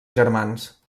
germans